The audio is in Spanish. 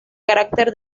carácter